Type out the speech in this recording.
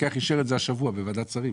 המפקח אישר את זה השבוע, בוועדת שרים.